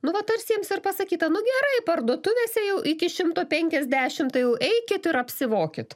nu vat tarsi jiems ir pasakyta nu gerai parduotuvėse jau iki šimto penkiasdešim tai jau eikit ir apsivokit